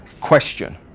question